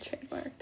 Trademark